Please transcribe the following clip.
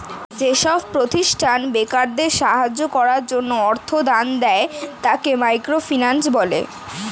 যেসব প্রতিষ্ঠান বেকারদের সাহায্য করার জন্য অর্থ ধার দেয়, তাকে মাইক্রো ফিন্যান্স বলে